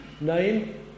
name